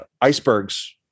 icebergs